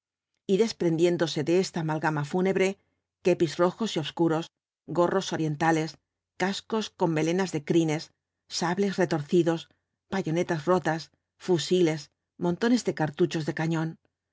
y desprendiéndose de esta amalgama fúnebre kepis rojos y obscuros gorros orientales cascos con melenas de crines sables retorcidos bayonetas rotas fusiles montones de cartuchos de cañón